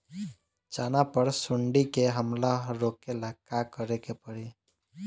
चना पर सुंडी के हमला रोके ला का करे के परी?